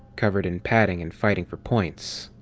covered in padding and fighting for points.